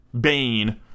Bane